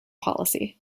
policy